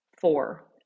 Four